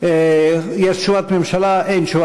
יש תשובת ממשלה?